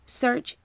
search